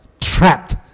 trapped